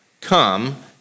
come